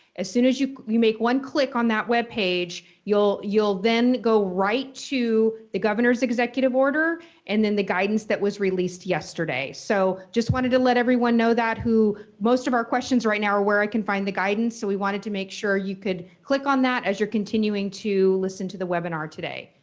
as soon as you you make one click on that web page, you'll you'll then go right to the governor's executive order and then the guidance that was released yesterday. so just wanted to let everyone know that who most of our questions right now are where i can find the guidance so we wanted to make sure you could click on that as you're continuing to listen to the webinar today.